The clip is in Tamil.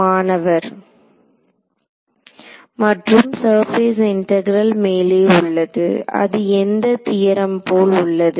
மாணவர் மற்றும் சர்பேஸ் இன்டெகிரெல் மேலே உள்ளது அது எந்த தியரம் போல் உள்ளது